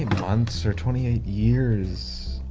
months or twenty eight years.